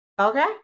Okay